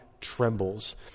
trembles